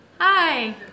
Hi